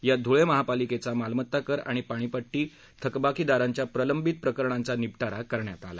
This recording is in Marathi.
यात धुळे महापालिकेचा मालमत्ता कर आणि पाणीपट्टी थकबाकीदारांच्या प्रलंबित प्रकरणांचा निपटारा करण्यात आला